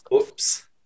oops